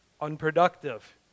unproductive